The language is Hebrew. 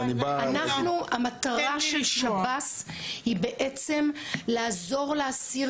המטרה של שב"ס היא בעצם לעזור לאסיר